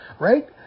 right